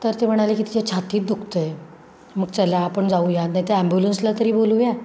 तर ते म्हणाले की तिच्या छातीत दुखतं आहे मग चला आपण जाऊया नाहीतर ॲम्बुलन्सला तरी बोलवूया